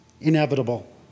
inevitable